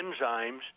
enzymes